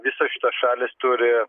visos šitos šalys turi